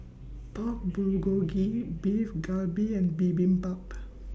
Pork Bulgogi Beef Galbi and Bibimbap